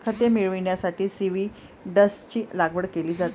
खते मिळविण्यासाठी सीव्हीड्सची लागवड केली जाते